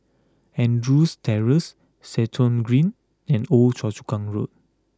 Andrews Terrace Stratton Green and Old Choa Chu Kang Road